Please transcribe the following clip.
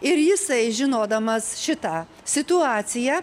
ir jisai žinodamas šitą situaciją